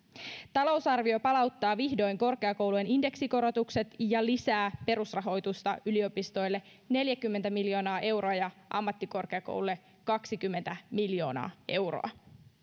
talousarvio palauttaa vihdoin korkeakoulujen indeksikorotukset ja lisää perusrahoitusta yliopistoille neljäkymmentä miljoonaa euroa ja ammattikorkeakouluille kaksikymmentä miljoonaa euroa